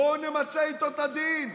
בואו נמצה איתו את הדין,